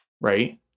right